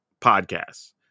podcasts